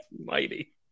mighty